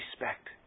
respect